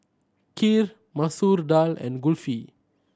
Kheer Masoor Dal and Kulfi